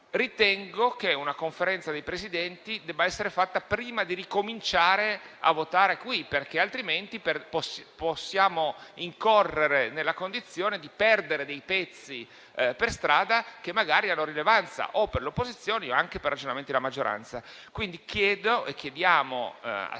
Ritengo che una Conferenza dei Presidenti dei Gruppi debba essere fatta prima di ricominciare a votare, altrimenti potremmo incorrere nella condizione di perdere per strada dei pezzi che magari hanno rilevanza, o per le opposizioni, o anche per ragionamenti della maggioranza.